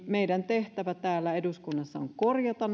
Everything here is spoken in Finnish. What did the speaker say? meidän tehtävämme täällä eduskunnassa korjata